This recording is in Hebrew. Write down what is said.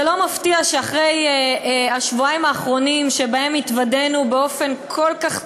זה לא מפתיע אחרי השבועיים האחרונים שבהם התוודענו באופן כל כך ציני,